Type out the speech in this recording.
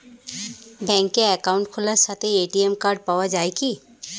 ব্যাঙ্কে অ্যাকাউন্ট খোলার সাথেই এ.টি.এম কার্ড পাওয়া যায় কি?